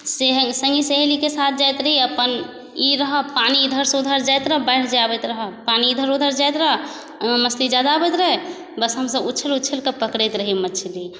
सङ्गी सहेलीके साथ जाइत रही अपन ई रहब पानी इधरसँ उधर जाइत रहै बाढ़ि जे आबैत रहै पानी इधर उधर जाइत रहै ओहिमे मस्ती ज्यादा आबैत रहै बस हमसब उछलि उछलिकऽ पकड़ैत रही मछली